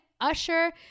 usher